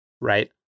right